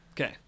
Okay